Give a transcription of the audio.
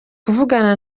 kuvugana